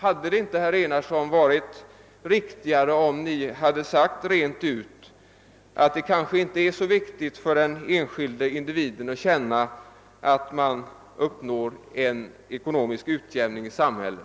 Hade det inte, herr Enarsson, varit riktigare, om ni hade sagt rent ut, att ni tycker att det kanske inte är så viktigt för den enskilde individen att känna, att man uppnår en ekonomisk utjämning i samhället?